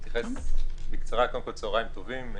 קודם כול, צוהריים טובים.